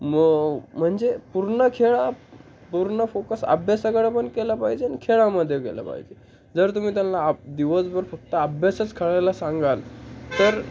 म म्हणजे पूर्ण खेळा पूर्ण फोकस अभ्यासाकडे पण केला पाहिजेन खेळामध्ये केला पाहिजे जर तुम्ही त्यांना आ दिवसभर फक्त अभ्यासच खेळायला सांगाल तर